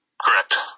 Correct